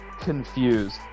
confused